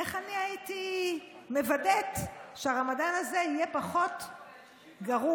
איך אני הייתי מוודאת שהרמדאן הזה יהיה פחות גרוע,